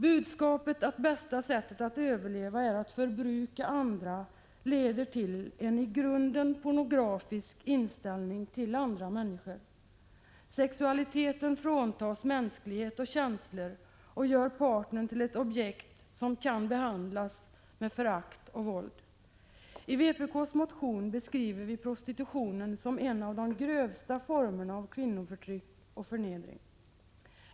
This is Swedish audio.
Budskapet att bästa sättet att överleva är att förbruka andra leder till en i grunden pornografisk inställning till andra människor. Sexualiteten fråntas mänsklighet och känslor och gör partnern till ett objekt som kan behandlas med förakt och våld. I vpk:s motion beskriver vi prostitutionen som en av de grövsta formerna av kvinnoförtryck och förnedring.